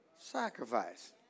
sacrifice